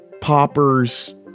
poppers